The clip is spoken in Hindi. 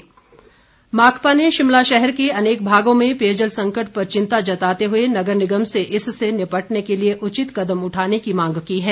माकपा माकपा ने शिमला शहर के अनेक भागों में पेयजल संकट पर चिंता जताते हुए नगर निगम से इससे निपटने के लिए उचित कदम उठाने की मांग की है